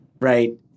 right